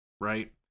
right